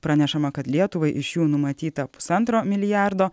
pranešama kad lietuvai iš jų numatyta pusantro milijardo